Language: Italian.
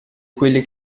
quelli